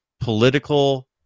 Political